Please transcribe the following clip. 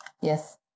yes